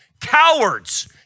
cowards